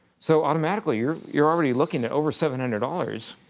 so, automatically, you're you're already looking at over seven hundred dollars.